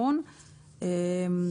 כולל הביטוחים על מוצרי חשמל.